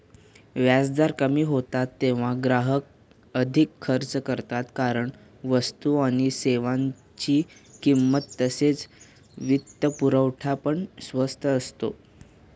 व्याजदर कमी होतात तेव्हा ग्राहक अधिक खर्च करतात कारण वस्तू आणि सेवांची किंमत तसेच वित्तपुरवठा पण स्वस्त असतो